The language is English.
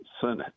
Senate